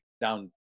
down